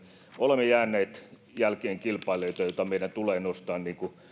olemme jääneet jälkeen kilpailijoista ja meidän tulee niitä nostaa niin kuin